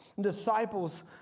Disciples